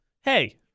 hey